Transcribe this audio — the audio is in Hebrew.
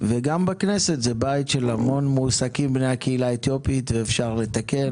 הכנסת היא בית שבו מועסקים הרבה מבני הקהילה האתיופית ואפשר לתקן